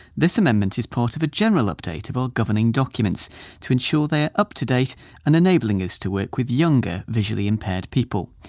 this amendment is part of a general update of our governing documents to ensure they are up to date and enabling us to work with younger visually impaired people.